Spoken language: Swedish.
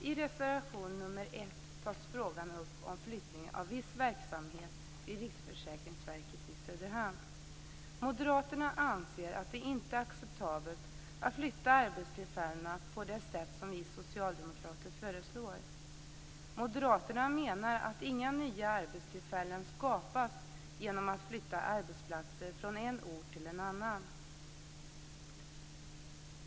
I reservation nr 1 tas frågan upp om flyttning av viss verksamhet vid Riksförsäkringsverket till Söderhamn. Moderaterna anser att det inte är acceptabelt att flytta arbetstillfällen på det sätt som vi socialdemokrater föreslår. Moderaterna menar att inga nya arbetstillfällen skapas genom att flytta arbetsplatser från en ort till en annan.